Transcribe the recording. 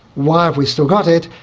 why have we still got it?